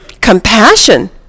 Compassion